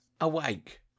Awake